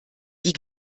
die